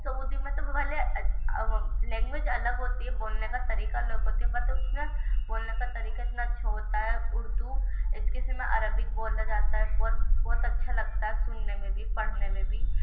سعودی میں تو بھلے لینگویج الگ ہوتی ہے بولنے کا طریقہ الگ ہوتی ہے بت اس میں بولنے کا طریقہ اتنا اچھا ہوتا ہے اردو اس کسی میں عربک بولا جاتا ہے بہت بہت اچھا لگتا ہے سننے میں بھی پڑھنے میں بھی